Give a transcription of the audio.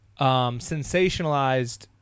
sensationalized